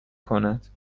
کند